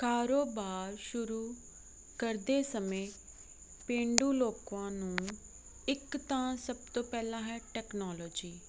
ਕਾਰੋਬਾਰ ਸ਼ੁਰੂ ਕਰਦੇ ਸਮੇਂ ਪੇਂਡੂ ਲੋਕਾਂ ਨੂੰ ਇੱਕ ਤਾਂ ਸਭ ਤੋਂ ਪਹਿਲਾਂ ਹੈ ਟੈਕਨੋਲੋਜੀ